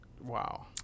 Wow